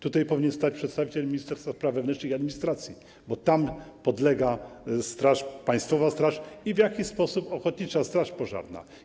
Tutaj powinien stać przedstawiciel Ministerstwa Spraw Wewnętrznych i Administracji, bo to jemu podlega Państwowa Straż Pożarna i w jakiś sposób ochotnicza straż pożarna.